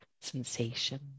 sensation